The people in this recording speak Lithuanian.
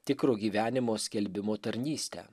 tikro gyvenimo skelbimo tarnystę